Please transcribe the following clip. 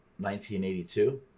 1982